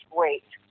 wait